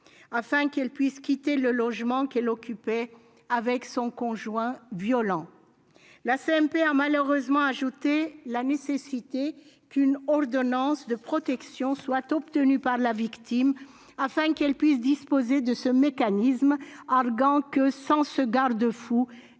afin de pouvoir quitter le logement qu'elle occupait avec son conjoint violent. La commission mixte paritaire a malheureusement ajouté la nécessité qu'une ordonnance de protection soit obtenue par la victime afin qu'elle puisse disposer de ce mécanisme, avec l'argument que sans ce garde-fou